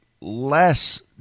less